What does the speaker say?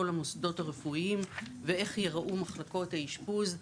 המוסדות הרפואיים ואיך ייראו מחלקות האישפוז.